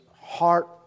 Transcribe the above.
heart